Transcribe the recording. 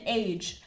age